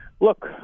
look